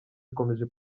ikomeje